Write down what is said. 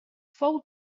fou